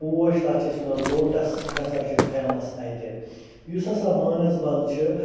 پوش تَتھ چھِ أسۍ وَنان لوٹس سُہ تہِ ہَسا چھُ فٮ۪مس اَتہِ یُس ہَسا مانسبل چھِ